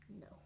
No